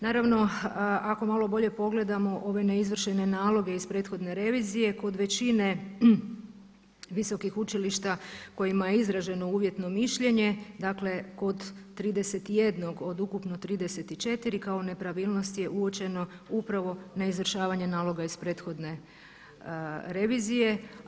Naravno ako malo bolje pogledamo ove neizvršene naloge iz prethodne revizije kod većine visokih učilišta kojima je izraženo uvjetno mišljenje, dakle kod 31 od ukupno 34 kao nepravilnosti je uočena upravo neizvršavanje naloga iz prethodne revizije.